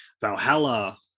Valhalla